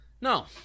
No